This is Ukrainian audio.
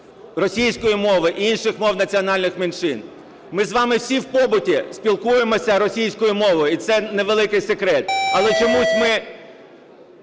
російської мови і інших мов національних меншин. Ми з вами всі в побуті спілкуємося російською мовою, і це не великий секрет. Але чомусь ми